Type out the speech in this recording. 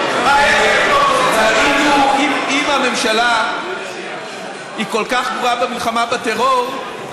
אם הממשלה כל כך גרועה במלחמה בטרור,